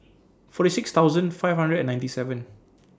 forty six thousand five hundred and ninety seven